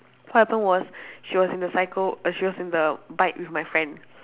what happen was she was in the cycle she was in the bike with my friend